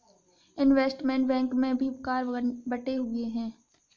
investment bank में भी कार्य बंटे हुए हैं